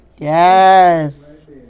Yes